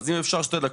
אז אם אפשר 2 דקות,